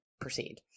proceed